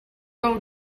role